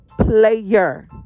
player